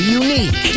unique